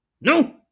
No